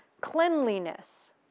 cleanliness